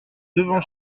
devant